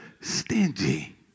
Stingy